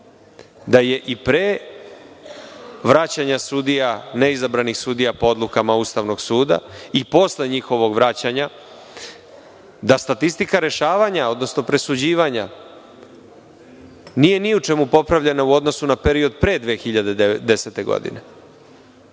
da je i pre vraćanja sudija neizabranih sudija po odlukama Ustavnog suda i posle njihovog vraćanja, da statistika rešavanja, odnosno presuđivanja nije ni u čemu popravljena u odnosu na period pre 2010. godine,